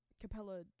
Capella